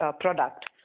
product